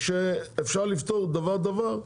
כשאפשר לפתור דבר-דבר,